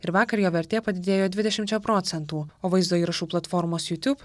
ir vakar jo vertė padidėjo dvidešimčia procentų o vaizdo įrašų platformos youtube